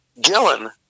Gillen